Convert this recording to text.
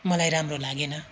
मलाई राम्रो लागेन